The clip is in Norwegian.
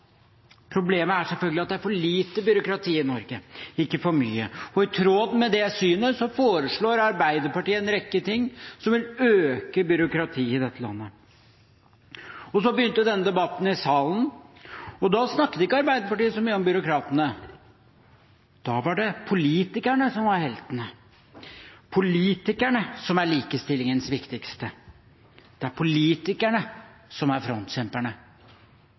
Problemet er selvfølgelig at det er for lite byråkrati i Norge, ikke for mye. Og i tråd med det synet foreslår Arbeiderpartiet en rekke ting som vil øke byråkratiet i dette landet. Så begynte denne debatten i salen, og da snakker ikke Arbeiderpartiet så mye om byråkratene. Nå er det politikerne som er heltene, politikerne som er likestillingens viktigste. Det er politikerne som er frontkjemperne.